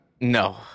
No